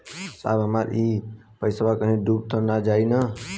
साहब हमार इ पइसवा कहि डूब त ना जाई न?